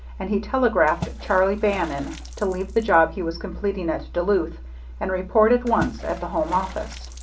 and he telegraphed charlie bannon to leave the job he was completing at duluth and report at once at the home office.